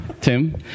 Tim